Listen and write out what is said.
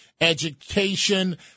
education